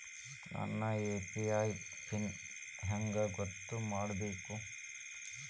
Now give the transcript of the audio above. ನನ್ನ UPI PIN ಹೆಂಗ್ ಗೊತ್ತ ಮಾಡ್ಕೋಬೇಕು?